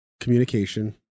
communication